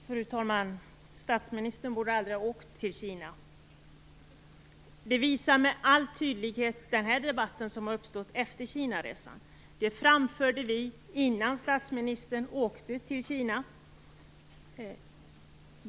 Fru talman! Statsministern borde aldrig ha åkt till Kina. Det visar med all tydlighet den debatt som uppstått efter Kinaresan, och det framförde vi innan statsministern åkte till Kina.